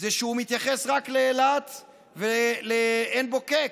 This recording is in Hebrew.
שהוא מתייחס רק לאילת ולעין בוקק.